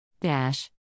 Dash